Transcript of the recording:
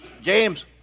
James